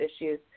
issues